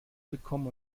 bekommen